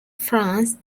france